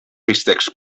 bistecs